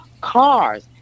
cars